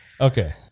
Okay